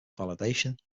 validation